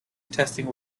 testing